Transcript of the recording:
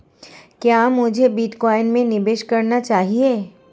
क्या मुझे बिटकॉइन में निवेश करना चाहिए?